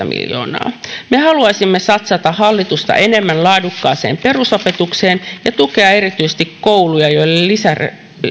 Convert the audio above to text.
miljoonaa me haluaisimme satsata hallitusta enemmän laadukkaaseen perusopetukseen ja tukea erityisesti kouluja joilla